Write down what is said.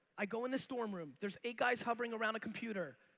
i go in this dorm room. there's eight guys hovering around a computer.